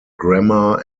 grammar